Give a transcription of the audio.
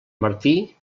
martí